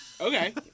Okay